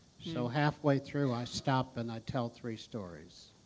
so halfway through, i stop and i tell three stories.